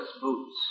boots